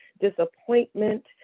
disappointment